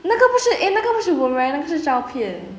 那个不是 eh 那个不是 boomerang 那个是照片